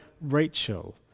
Rachel